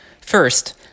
First